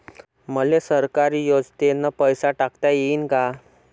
मले सरकारी योजतेन पैसा टाकता येईन काय?